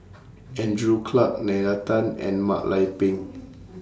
Andrew Clarke Nalla Tan and Mak Lai Peng